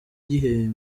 gihe